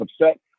upset